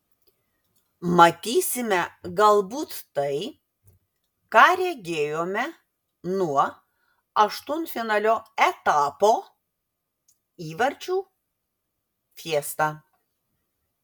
matysime galbūt tai ką regėjome nuo aštuntfinalio etapo įvarčių fiestą